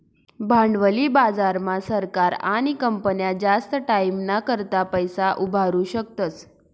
भांडवली बाजार मा सरकार आणि कंपन्या जास्त टाईमना करता पैसा उभारु शकतस